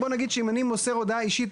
בוא נגיד שאם אני מוסר הודעה אישית,